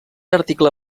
article